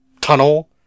tunnel-